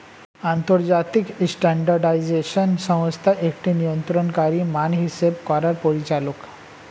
আন্তর্জাতিক স্ট্যান্ডার্ডাইজেশন সংস্থা একটি নিয়ন্ত্রণকারী মান হিসেব করার পরিচালক